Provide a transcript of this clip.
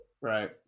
Right